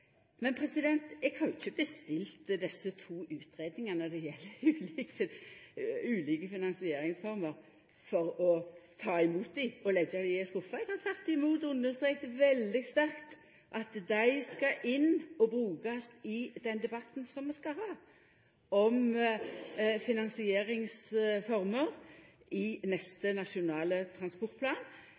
eg har jo ikkje bestilt desse to utgreiingane når det gjeld ulike finansieringsformer, for å ta imot dei og leggja dei i ei skuffe. Eg har teke imot og understreka veldig sterkt at dei skal inn og brukast i den debatten som vi skal ha om finansieringsformer i neste nasjonale transportplan.